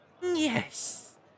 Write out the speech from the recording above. Yes